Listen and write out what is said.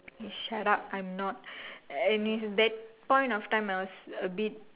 eh shut up I'm not and is that point of time I was a bit